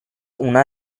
una